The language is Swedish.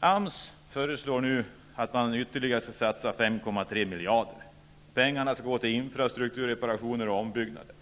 AMS föreslår nu att man skall satsa ytterligare 5,3 miljarder. Pengarna skall gå till infrastruktur, reparationer och ombyggnader.